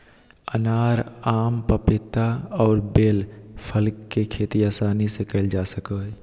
अनार, आम, पपीता और बेल फल के खेती आसानी से कइल जा सकय हइ